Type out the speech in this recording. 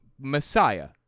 messiah